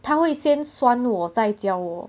他会先酸我再教我